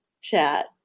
chat